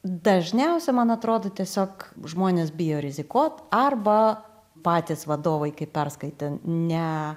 dažniausia man atrodo tiesiog žmonės bijo rizikuot arba patys vadovai kai perskaitė ne